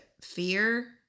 fear